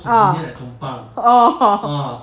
ah orh